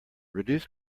reduced